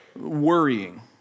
worrying